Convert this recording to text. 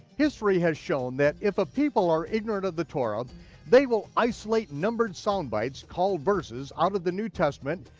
history has shown that if a people are ignorant of the torah they will isolate numbered soundbites called verses out of the new testament,